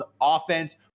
offense